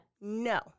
No